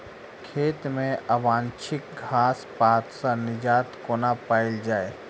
खेत मे अवांछित घास पात सऽ निजात कोना पाइल जाइ?